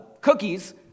cookies